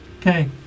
Okay